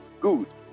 Good